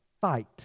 fight